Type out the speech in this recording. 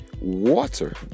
water